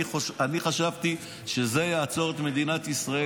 אני חשבתי שזה יעצור את מדינת ישראל.